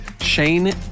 Shane